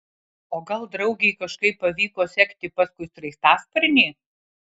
o gal draugei kažkaip pavyko sekti paskui sraigtasparnį